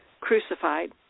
crucified